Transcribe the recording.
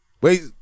Wait